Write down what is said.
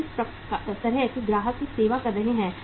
हम किस तरह के ग्राहक की सेवा कर रहे हैं